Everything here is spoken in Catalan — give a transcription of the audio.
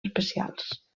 especials